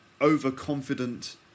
overconfident